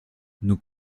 nous